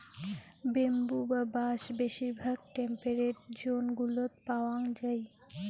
bamboo বা বাঁশ বেশিরভাগ টেম্পেরেট জোন গুলোত পাওয়াঙ যাই